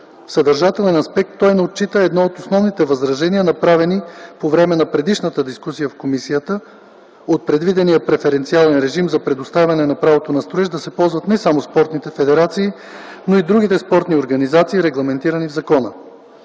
В съдържателен аспект той не отчита едно от основните възражения, направени по време на предишната дискусия в комисиите – от предвидения преференциален режим за предоставяне на правото на строеж да се ползват не само спортните федерации, но и другите спортни организации, регламентирани в закона.